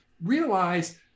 realize